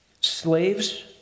Slaves